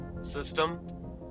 system